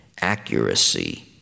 accuracy